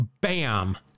bam